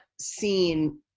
seen